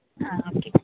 ആ ഓക്കെ